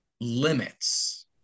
limits